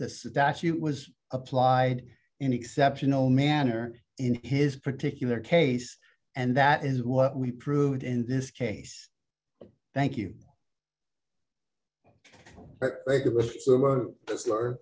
the statute was applied in exceptional manners in his particular case and that is what we proved in this case thank you